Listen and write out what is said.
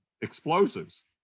explosives